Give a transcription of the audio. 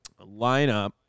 lineup